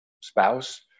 spouse